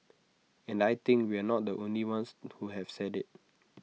and I think we're not the only ones who have said IT